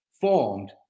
formed